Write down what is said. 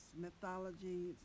mythologies